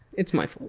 it's my fault.